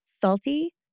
salty